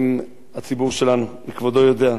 הם הציבור שלנו, וכבודו יודע.